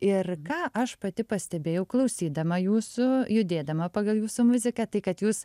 ir ką aš pati pastebėjau klausydama jūsų judėdama pagal jūsų muziką tai kad jūs